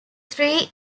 three